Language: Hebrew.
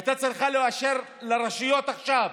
היו צריכים לאשר לרשויות עכשיו.